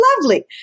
lovely